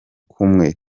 kumwe